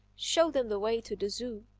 show them the way to the zoo.